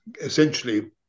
essentially